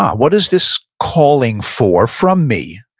um what is this calling for from me?